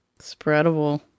Spreadable